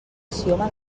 axioma